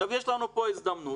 יש לנו כאן הזדמנות.